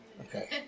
Okay